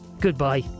Goodbye